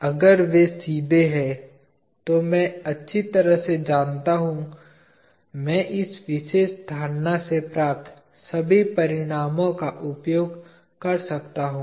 अगर वे सीधे हैं तो मैं अच्छी तरह से जानता हूं मैं इस विशेष धारणा से प्राप्त सभी परिणामों का उपयोग कर सकता हूं